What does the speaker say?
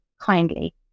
kindly